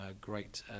great